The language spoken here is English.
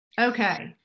Okay